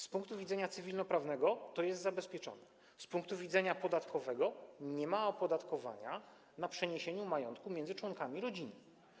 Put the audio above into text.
Z punktu widzenia cywilnoprawnego to jest zabezpieczone, z punktu widzenia podatkowego nie ma opodatkowania przeniesienia majątku między członkami rodziny.